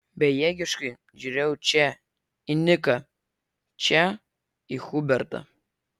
bejėgiškai žiūrėjau čia į niką čia į hubertą